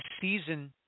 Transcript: season